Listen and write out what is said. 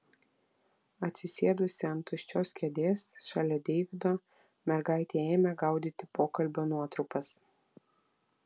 atsisėdusi ant tuščios kėdės šalia deivido mergaitė ėmė gaudyti pokalbio nuotrupas